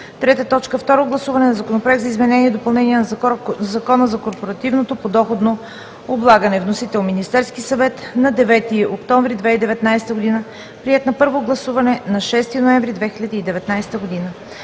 2019 г. 3. Второ гласуване на Законопроекта за изменение и допълнение на Закона за корпоративното подоходно облагане. Вносител е Министерският съвет, 9 октомври 2019 г. Приет е на първо гласуване на 6 ноември 2019 г.